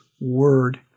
word